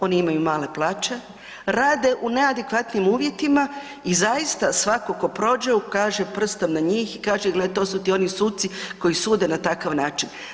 Oni imaju male plaće, rade u neadekvatnim uvjetima i zaista svako tko prođe ukaže prstom na njih i kaže gle to su ti oni suci koji sude na takav način.